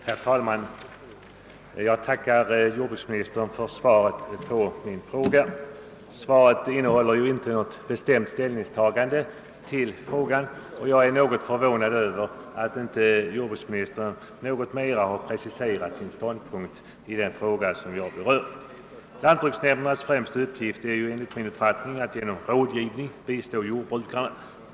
Herr talman! Jag tackar jordbruksministern för svaret på min fråga. Det innehåller inte något bestämt ställningstagande till frågan, och jag är förvånad över att jordbruksministern inte något mera har preciserat sin ståndpunkt. Lantbruksnämndernas främsta uppgift är enligt min uppfattning att genom rådgivning bistå jordbrukarna.